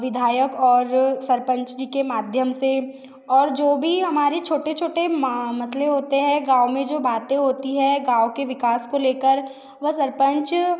विधायक और सरपंच जी के माध्यम से और जो भी हमारे छोटे छोटे मसले होते हैं गाँव में जो बातें होती हैं गाँव के विकास को लेकर वह सरपंच